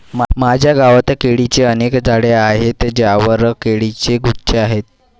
माझ्या गावात केळीची अनेक झाडे आहेत ज्यांवर केळीचे गुच्छ आहेत